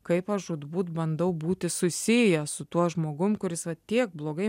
kaip aš žūtbūt bandau būti susijęs su tuo žmogum kuris vat tiek blogai